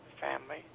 family